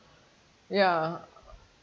ya